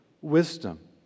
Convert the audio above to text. wisdom